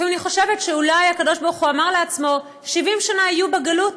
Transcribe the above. לפעמים אני חושבת שאולי הקדוש ברוך הוא אמר לעצמו: 70 שנה יהיו בגלות,